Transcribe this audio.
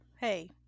hey